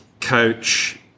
coach